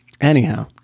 anyhow